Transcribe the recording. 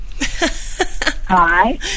Hi